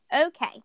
Okay